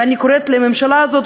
ואני קוראת לממשלה הזאת,